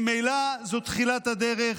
ממילא זו תחילת הדרך,